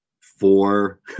four